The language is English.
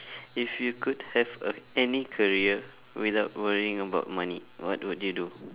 if you could have a any career without worrying about money what would you do